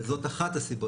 זאת אחת הסיבות